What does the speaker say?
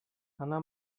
она